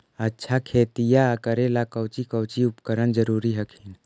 अच्छा खेतिया करे ला कौची कौची उपकरण जरूरी हखिन?